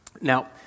Now